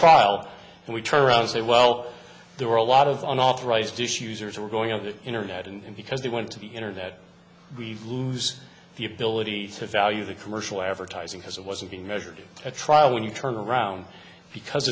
trial and we turn around and say well there were a lot of on authorized use users were going on the internet and because they went to the internet we lose the ability to value the commercial advertising has it wasn't being measured at trial when you turn around because